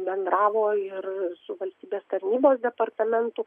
bendravo ir su valstybės tarnybos departamentu